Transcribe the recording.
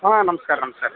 ಹಾಂ ನಮ್ಸ್ಕಾರ ನಮಸ್ಕಾರ